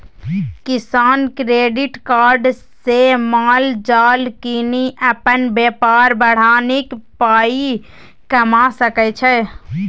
किसान credit card सँ माल जाल कीनि अपन बेपार बढ़ा नीक पाइ कमा सकै छै